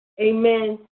amen